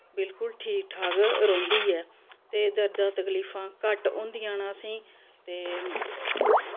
बिल्कुल ठीक ठाक रौंह्दी ऐ ते दर्दां तकलीफां घट्ट होंदियां न असें गी ते